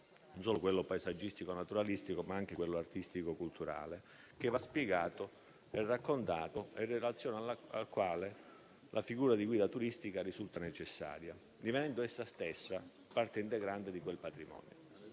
non soltanto a quello paesaggistico e naturalistico, ma anche a quello artistico e culturale, che va spiegato e raccontato e in relazione al quale la figura della guida turistica risulta necessaria, divenendo essa stessa parte integrante di quel patrimonio.